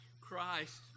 Christ